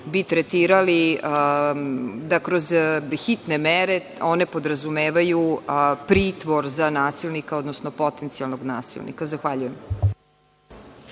bi tretirali da kroz hitne mere one podrazumevaju pritvor za nasilnika, odnosno potencijalnog nasilnika. Zahvaljujem.